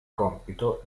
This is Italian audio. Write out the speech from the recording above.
compito